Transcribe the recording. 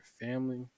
family